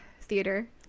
theater